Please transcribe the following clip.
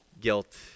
guilt